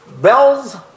Bell's